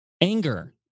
anger